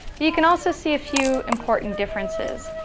but you can also see a few important differences.